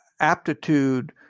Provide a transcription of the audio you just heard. Aptitude